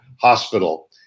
Hospital